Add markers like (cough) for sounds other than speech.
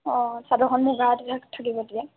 অঁ চাদৰখন (unintelligible) থাকিব তেতিয়া